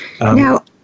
Now